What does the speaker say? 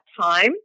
time